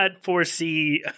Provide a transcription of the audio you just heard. foresee